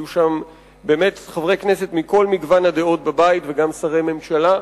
יהיו שם חברי כנסת באמת מכל מגוון הדעות בבית וגם שרי ממשלה.